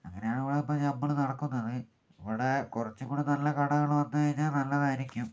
അങ്ങനെയാണ് ഇവിടെ ഇപ്പോൾ ഞമ്മൾ നടക്കുന്നത് ഇവിടെ കുറച്ചുംകൂടി നല്ല കടകൾ വന്നു കഴിഞ്ഞാൽ നല്ലതായിരിക്കും